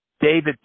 David